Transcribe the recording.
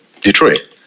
Detroit